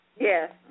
Yes